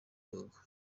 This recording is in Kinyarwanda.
bihugu